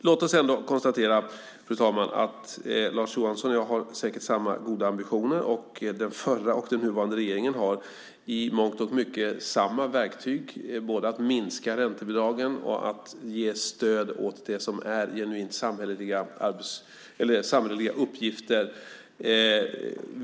Låt oss ändå konstatera, fru talman, att Lars Johansson och jag säkert har samma goda ambitioner och att den förra och den nuvarande regeringen i mångt och mycket har samma verktyg, både att minska räntebidragen och att ge stöd åt det som är genuint samhälleliga uppgifter.